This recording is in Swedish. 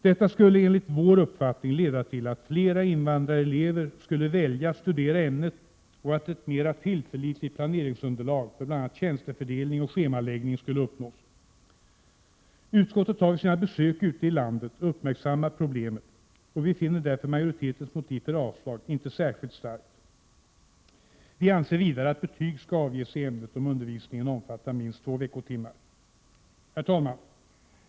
Detta skulle enligt vår uppfattning leda till att fler invandrarelever skulle välja att studera ämnet och att ett mera tillförlitligt planeringsunderlag för bl.a. tjänstefördelning och schemaläggning skulle uppnås. Utskottet har vid sina besök ute i landet uppmärksammat problemen, och vi finner därför majoritetens motiv för avslag inte särskilt starkt. Vi anser vidare att betyg skall avges i ämnet om undervisningen omfattat minst två veckotimmar. Herr talman!